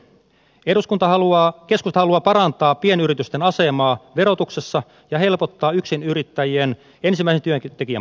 keskusta haluaa parantaa pienyritysten asemaa verotuksessa ja helpottaa yksinyrittäjien ensimmäisen työntekijän palkkausta